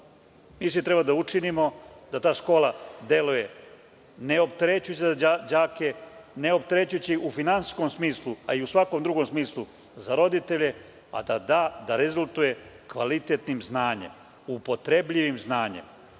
školu. Treba da učinimo da ta škola deluje neopterećujuće za đake, neoperećujuće u finansijskom smislu, a i u svakom drugom smislu za roditelje, a da rezultuje kvalitetnim i upotrebljivim znanjem.